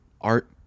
art